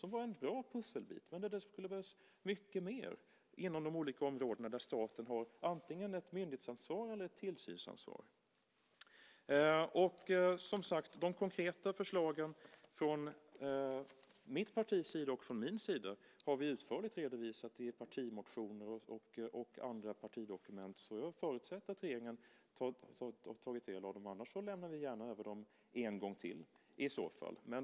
Det var en bra pusselbit, men det skulle behövas mycket mer inom de olika områden där staten har antingen ett myndighetsansvar eller ett tillsynsansvar. De konkreta förslagen från mitt partis sida och från min sida har vi utförligt redovisat i partimotioner och andra partidokument. Så jag förutsätter att regeringen har tagit del av dem. Annars lämnar vi gärna över dem en gång till.